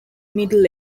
middle